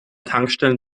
tankstellen